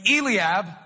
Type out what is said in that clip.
Eliab